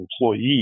employees